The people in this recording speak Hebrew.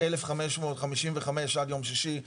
אני באופן אישי חושב שאנחנו לא נראים טוב עם העניין הזה.